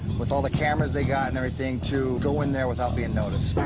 with all the cameras they got and everything, to go in there without being noticed.